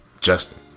Justin